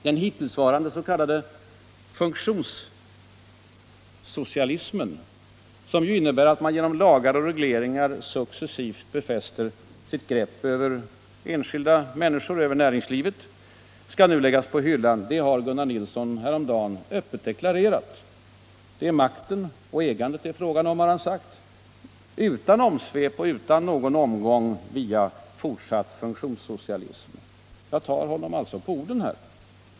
Den hittillsvarande s.k. funktionssocialismen, som ju innebär att man genom lagar och regleringar successivt befäster sitt grepp över enskilda människor och över näringslivet, skall nu läggas på hyllan — det har Gunnar Nilsson öppet deklarerat. Det är makten och ägandet det är fråga om, har han sagt, utan omsvep och utan någon omgång via fortsatt funktionssocialism. Jag tar honom alltså på orden här.